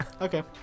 Okay